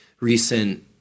recent